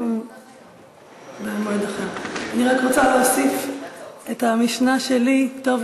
אני רק רוצה להוסיף את המשנה שלי: "טוב